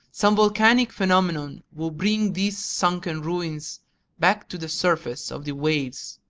some volcanic phenomenon will bring these sunken ruins back to the surface of the waves!